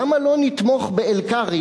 למה לא נתמוך ב-Elkarri?